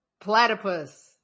Platypus